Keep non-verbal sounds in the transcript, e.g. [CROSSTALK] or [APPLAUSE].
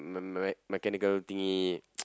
me~ mec~ mechanical thingy [NOISE]